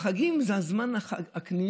החגים זה זמן הקניות.